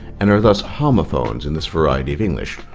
and are thus homophones in this variety of english,